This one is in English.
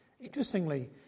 Interestingly